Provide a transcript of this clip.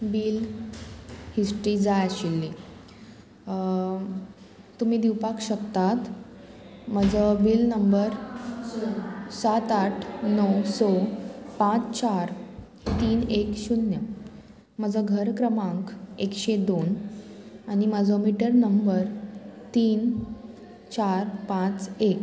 bill history जाय आशिल्ली तुमी दिवपाक शकतात म्हजो बील नंबर सात आठ णव स पांच चार तीन एक शुन्य म्हजो घर क्रमांक एकशें दोन आनी म्हाजो मिटर नंबर तीन चार पांच एक